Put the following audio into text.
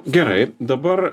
gerai dabar